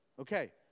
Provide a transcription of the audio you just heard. Okay